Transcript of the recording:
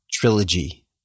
trilogy